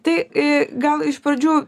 tai i gal iš pradžių